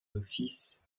offices